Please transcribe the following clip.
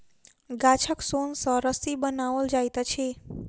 गाछक सोन सॅ रस्सी बनाओल जाइत अछि